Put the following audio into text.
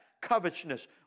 covetousness